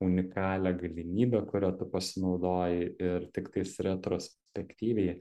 unikalią galimybę kuria tu pasinaudojai ir tiktais retrospektyviai